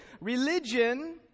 religion